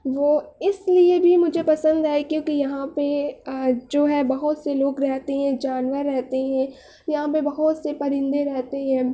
وہ اس لیے بھی مجھے پسند ہے کیونکہ یہاں پہ جو ہے بہت سے لوگ رہتے ہیں جانور رہتے ہیں یہاں پہ بہت سے پرندے رہتے ہیں